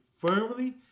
firmly